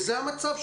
נמוך?